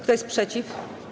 Kto jest przeciw?